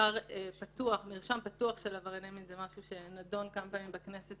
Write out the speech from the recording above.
שמרשם פתוח של עברייני מין זה משהו שנדון כמה פעמים בכנסת,